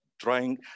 trying